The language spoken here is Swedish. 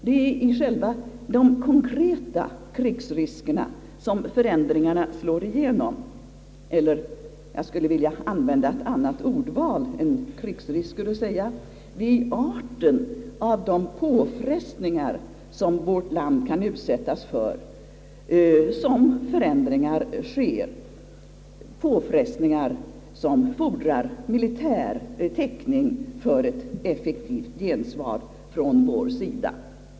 Det är i själva de konkreta krigsriskerna som förändringarna slår igenom — ja, jag skulle vilja använda ett annat ordval än »krigsrisk» och säga, att det är i arten av de påfrestningar, som vårt land kan utsättas för, som förändringar sker, påfrestningar som fordrar militär täckning för ett effektivt gensvar från vår sida.